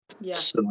Yes